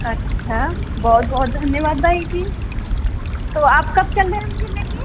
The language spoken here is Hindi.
अच्छा बहुत बहुत धन्यवाद भाई जी तो आप कब चल रहे हैं मुझे ले कर